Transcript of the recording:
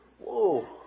Whoa